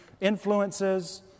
influences